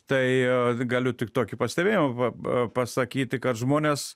tai galiu tik tokį pastebėjimą va pa pasakyti kad žmonės